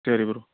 சரி ப்ரோ